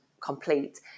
complete